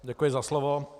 Děkuji za slovo.